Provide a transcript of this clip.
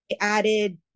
added